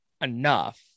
enough